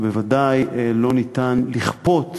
בוודאי לא ניתן לכפות